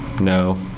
No